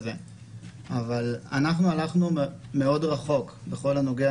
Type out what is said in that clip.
אבל אנחנו הלכנו מאוד רחוק בכל הנוגע